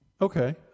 Okay